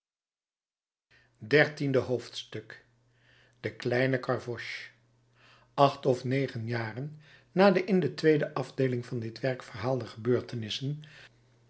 dertiende hoofdstuk de kleine gavroche acht of negen jaren na de in de tweede afdeeling van dit werk verhaalde gebeurtenissen